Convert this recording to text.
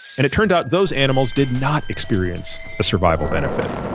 and it turned out those animals did not experience a survival benefit.